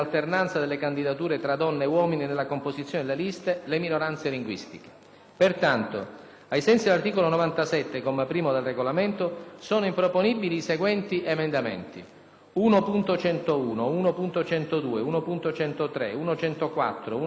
Pertanto, ai sensi dell'articolo 97, comma 1, del Regolamento, sono improponibili i seguenti emendamenti: 1.101, 1.102, 1.103, 1.104, 1.108, 1.109, 1.110, 1.114, 1.115,